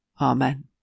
Amen